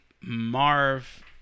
Marv